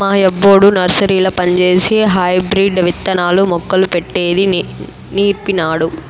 మా యబ్బొడు నర్సరీల పంజేసి హైబ్రిడ్ విత్తనాలు, మొక్కలు పెట్టేది నీర్పినాడు